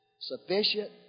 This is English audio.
Sufficient